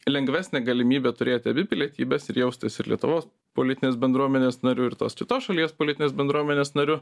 lengvesnė galimybė turėti abi pilietybes ir jaustis ir lietuvos politinės bendruomenės nariu ir tos kitos šalies politinės bendruomenės nariu